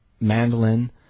mandolin